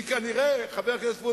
כי כנראה, חבר הכנסת אורלב,